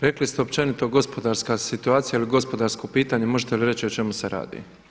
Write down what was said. Rekli ste općenito gospodarska situacija ili gospodarsko pitanje, možete li reći o čemu se radi?